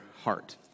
heart